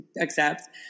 accept